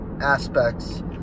aspects